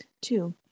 Two